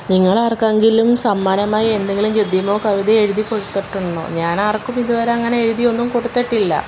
നിങ്ങളാർക്കെങ്കിലും സമ്മാനമായി എന്തെങ്കിലും ഗദ്യമോ കവിതയോ എഴുതി കൊടുത്തിട്ടുണ്ടോ ഞാൻ ആർക്കും ഇതുവരെ അങ്ങനെ എഴുതി ഒന്നും കൊടുത്തിട്ടില്ല